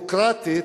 דמוקרטית,